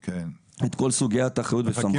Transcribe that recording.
את כל סוגיית האחריות והסמכות.